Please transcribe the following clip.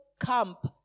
camp